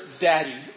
daddy